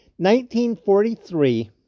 1943